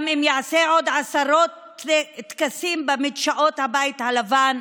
גם אם יעשה עוד עשרות טקסים במדשאות הבית הלבן,